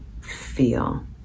feel